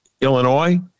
Illinois